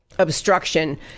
Obstruction